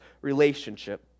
relationship